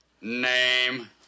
Name